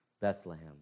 Bethlehem